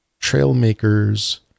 Trailmakers